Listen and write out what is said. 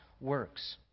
works